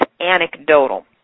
anecdotal